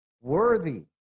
worthy